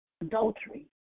adultery